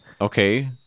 Okay